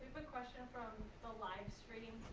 question from the livestream.